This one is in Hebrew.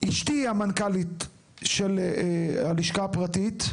אשתי היא המנכ"לית של הלשכה הפרטית.